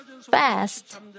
fast